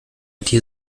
dir